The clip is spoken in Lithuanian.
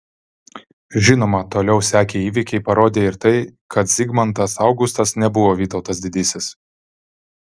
žinoma toliau sekę įvykiai parodė ir tai kad zigmantas augustas nebuvo vytautas didysis